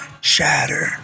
Shatter